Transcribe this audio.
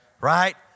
right